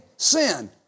sin